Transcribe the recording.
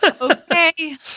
Okay